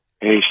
hey